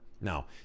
Now